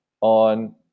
on